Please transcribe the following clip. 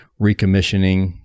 recommissioning